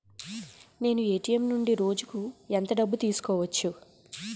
నేను ఎ.టి.ఎం నుండి రోజుకు ఎంత డబ్బు తీసుకోవచ్చు?